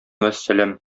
вәссәлам